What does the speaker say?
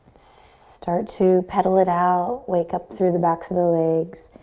start to peddle it out. wake up through the backs of the legs.